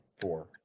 four